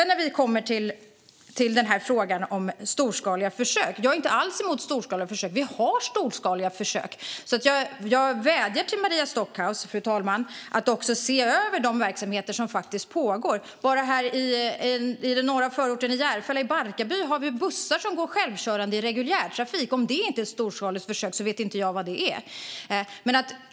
När det gäller frågan om storskaliga försök är jag inte alls emot sådana. Vi har sådana. Jag vädjar till Maria Stockhaus, fru talman, att se över de verksamheter som faktiskt pågår. I Barkarby i Järfälla kommun norr om Stockholm har vi självkörande bussar i reguljärtrafik. Om det inte är ett storskaligt försök så vet jag inte vad det är.